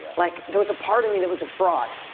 like, there was a part of me that was a fraud.